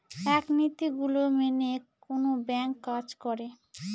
এক নীতি গুলো মেনে কোনো ব্যাঙ্ক কাজ করে